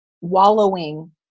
wallowing